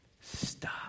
Stop